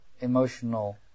emotional